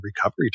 recovery